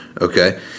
okay